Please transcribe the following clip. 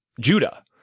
Judah